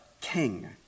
king